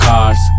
Cars